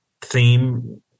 theme